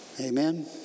Amen